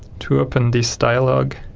to open this dialogue